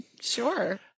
Sure